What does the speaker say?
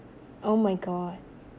oh my god